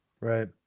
Right